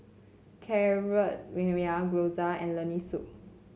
Carrot Gyoza and Lentil Soup